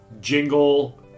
jingle